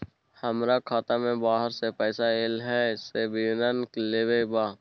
हमरा खाता में बाहर से पैसा ऐल है, से विवरण लेबे के बा?